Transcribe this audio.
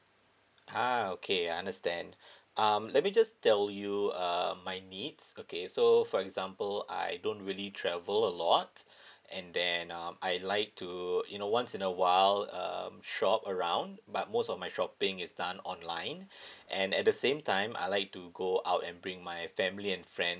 ha okay I understand um let me just tell you um my needs okay so for example I don't really travel a lot and then um I like to in a once in a while um shop around but most of my shopping is done online and at the same time I like to go out and bring my family and friends